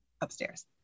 upstairs